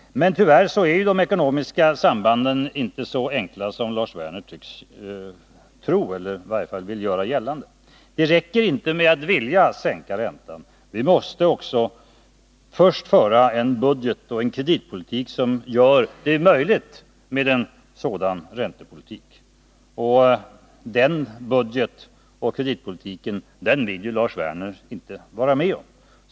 Men tyvärr är de ekonomiska sambanden inte så enkla som Lars Werner tycks tro eller i varje fall vill göra gällande. Det räcker inte med att vilja sänka räntan; vi måste först föra en budgetoch kreditpolitik som gör det möjligt med en sådan räntepolitik, och den budgetoch kreditpolitiken vill ju Lars Werner inte vara med om.